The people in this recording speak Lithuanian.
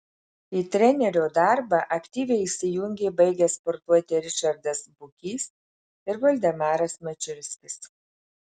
į trenerio darbą aktyviai įsijungė baigę sportuoti ričardas bukys ir voldemaras mačiulskis